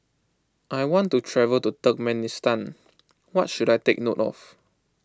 I want to travel to Turkmenistan what should I take note of